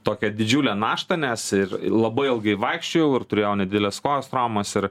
tokią didžiulę naštą nes ir labai ilgai vaikščiojau ir turėjau nedideles kojos traumas ir